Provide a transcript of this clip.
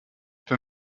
für